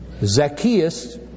Zacchaeus